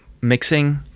mixing